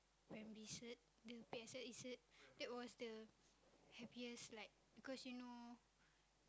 primary cert the P_S_L_E cert that was the happiest like because you know